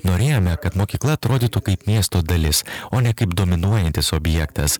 norėjome kad mokykla atrodytų kaip miesto dalis o ne kaip dominuojantis objektas